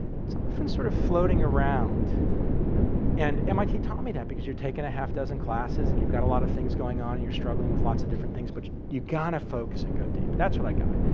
it's often sort of floating around and mit taught me that because you've taken a half dozen classes and you've got a lot of things going on, and you're struggling with lots of different things, but you got to focus and go deep. that's what i got.